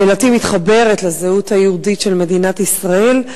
שאלתי מתחברת לזהות היהודית של מדינת ישראל: